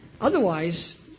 Otherwise